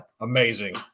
Amazing